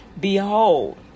Behold